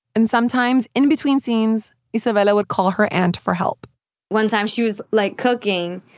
and sometimes, in between scenes, isabela would call her aunt for help one time, she was, like, cooking,